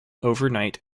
overnight